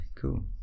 cool